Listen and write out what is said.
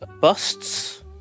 busts